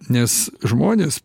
nes žmonės